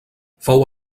fou